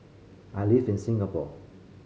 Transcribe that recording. I live in Singapore